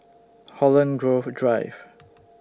Holland Grove Drive